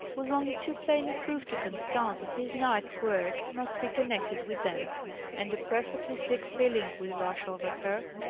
was only too plain a proof to constance that his night work must be connected with them and a perfectly sick feeling would rush over her.